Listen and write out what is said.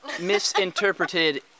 misinterpreted